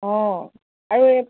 অঁ আৰু